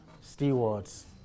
Stewards